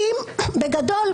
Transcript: בגדול,